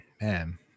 man